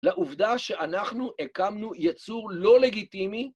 לעובדה שאנחנו הקמנו יצור לא לגיטימי.